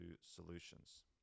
solutions